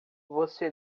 você